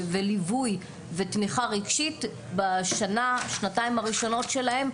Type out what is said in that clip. ליווי ותמיכה רגשית בשנה-שנתיים הראשונות שלהם.